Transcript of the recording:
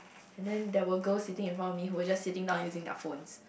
and then there were girl sitting in front of me who were just sitting down using their phones